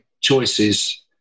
choices